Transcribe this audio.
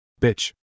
Bitch